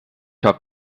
hab